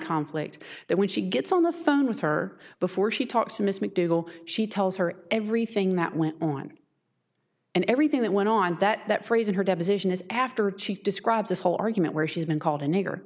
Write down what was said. conflict that when she gets on the phone with her before she talks to miss mcdougal she tells her everything that went on and everything that went on that that phrase in her deposition is after she describes this whole argument where she's been called a nigger